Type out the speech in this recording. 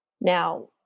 Now